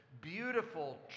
beautiful